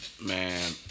Man